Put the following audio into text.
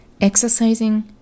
exercising